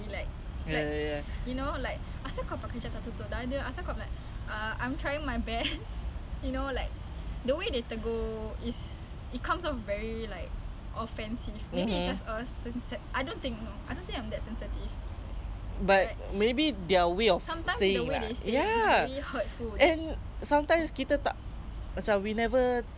but maybe their way of saying ya and sometimes kita tak macam we never K like sometime when we are angry we say things different we thought is like just saying you know but people is like why are you so mad like why you so harsh but padahal macam pada kita is like I'm just saying the facts and if